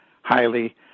highly